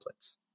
templates